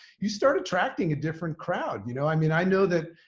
you start attracting a different crowd. you know, i mean, i know that,